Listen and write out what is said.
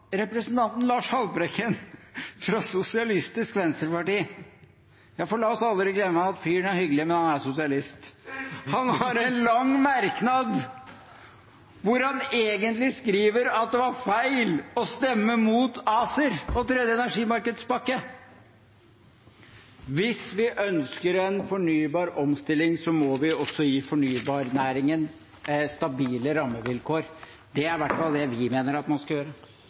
representanten Lars Haltbrekken fra Sosialistisk Venstreparti – ja, for la oss aldri glemme at fyren er hyggelig, men han er jo sosialist – har en lang merknad der han egentlig skriver at det var feil å stemme mot ACER, EUs tredje energimarkedspakke. Hvis vi ønsker en fornybar omstilling, må vi også gi fornybarnæringen stabile rammevilkår. Det er i hvert fall det vi mener at man skal gjøre.